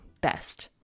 best